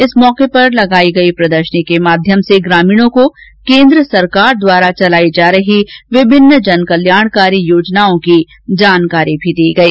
इस मौके पर लगाई गई प्रदर्शनी के माध्यम से ग्रामीणों को केन्द्र सरकार द्वारा चलाई जा रही विमिन्न जन कल्याणकारी योजनाओं की जानकारी भी दी गईं